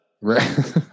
right